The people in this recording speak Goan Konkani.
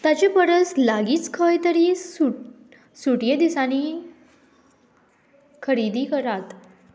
ताचे परस लागींच खंय तरी सूट सुटये दिसांनी खरेदी करात